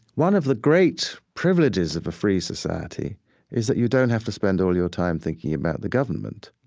one of the great privileges of a free society is that you don't have to spend all your time thinking about the government.